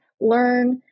learn